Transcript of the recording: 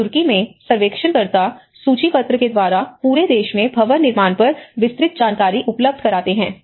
और तुर्की में सर्वेक्षणकर्ता सूचीपत्र के द्वारा पूरे देश में भवन निर्माण पर विस्तृत जानकारी उपलब्ध कराते हैं